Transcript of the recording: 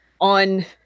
on